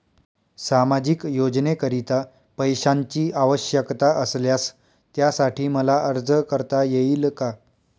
सामाजिक योजनेकरीता पैशांची आवश्यकता असल्यास त्यासाठी मला अर्ज करता येईल का?